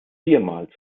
viermal